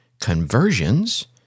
conversions